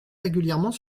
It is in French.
régulièrement